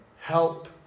Help